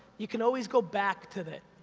you can always go back to it.